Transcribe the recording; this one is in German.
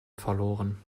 verloren